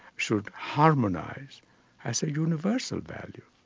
should harmonise has a universal value,